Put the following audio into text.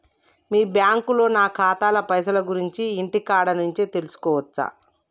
మీ బ్యాంకులో నా ఖాతాల పైసల గురించి ఇంటికాడ నుంచే తెలుసుకోవచ్చా?